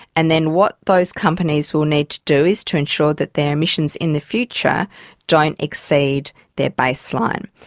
and then what those companies will need to do is to ensure that their emissions in the future don't exceed their baseline.